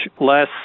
less